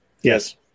Yes